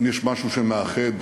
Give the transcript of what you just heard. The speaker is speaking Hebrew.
יש משהו שמאחד,